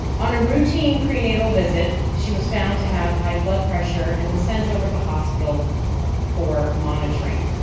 on a routine prenatal visit she was found to have high blood pressure and was sent over to the hospital for monitoring.